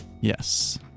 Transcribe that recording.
yes